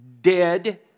dead